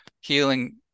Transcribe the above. healing